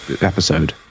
episode